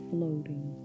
Floating